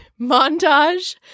montage